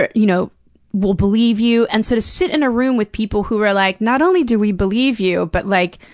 you know will believe you. and so to sit in a room with people who were like, not only do we believe you, but like,